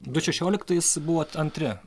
du šešioliktais buvot antri